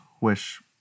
wish